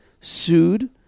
sued